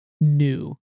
new